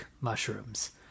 mushrooms